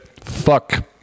fuck